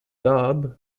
dope